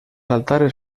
altares